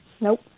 Nope